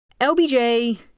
LBJ